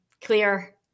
Clear